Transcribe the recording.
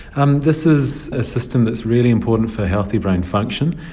um this is a system that's really important for healthy brain function.